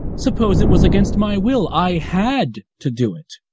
suppose it was against my will. i had to do it.